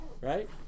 Right